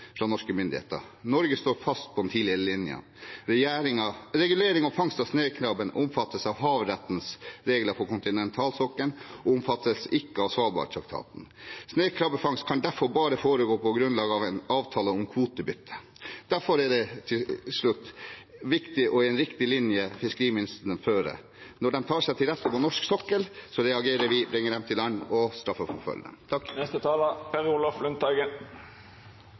fra norske myndigheter. Norge står fast på den tidligere linjen: Regulering og fangst av snøkrabbe omfattes av havrettens regler for kontinentalsokkelen og omfattes ikke av Svalbardtraktaten. Snøkrabbefangst kan derfor bare foregå på grunnlag av en avtale om kvotebytte. Derfor er det en viktig og riktig linje fiskeriministeren fører. Når de tar seg til rette på norsk sokkel, reagerer vi – bringer dem til land og